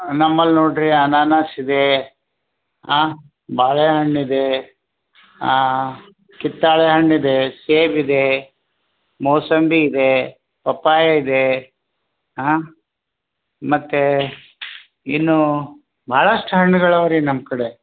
ನಮ್ಮಲ್ಲಿ ನೋಡಿರಿ ಅನನಾಸ್ ಇದೆ ಹಾಂ ಬಾಳೆ ಹಣ್ಣಿದೆ ಕಿತ್ತಳೆ ಹಣ್ಣಿದೆ ಸೇಬಿದೆ ಮೋಸಂಬಿ ಇದೆ ಪಪ್ಪಾಯ ಇದೆ ಹಾಂ ಮತ್ತೆ ಇನ್ನು ಭಾಳಷ್ಟು ಹಣ್ಗಳವೆ ರೀ ನಮ್ಮ ಕಡೆ